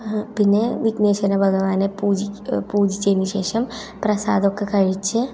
പിന്നെ വിഘ്നേശ്വര ഭഗവാനെ പൂജി പൂജിച്ചതിനു ശേഷം പ്രസാദമൊക്കെ കഴിച്ച്